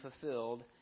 fulfilled